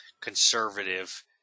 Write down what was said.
conservative